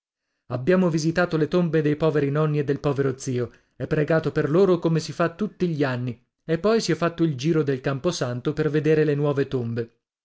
abbiamo visitato le tombe dei poveri nonni e del povero zio e pregato per loro come si fa tutti gli anni e poi si è fatto il giro del camposanto per vedere le nuove tombe